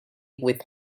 with